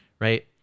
right